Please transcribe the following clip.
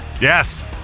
Yes